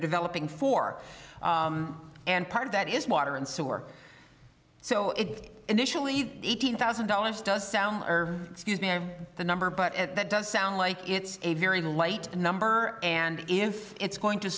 developing for and part of that is water and sewer so initially eighteen thousand dollars does sound or excuse me of the number but at that does sound like it's a very late number and if it's going to